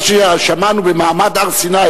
מה ששמענו במעמד הר-סיני,